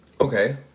okay